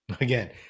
Again